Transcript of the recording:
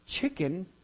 chicken